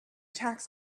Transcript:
tax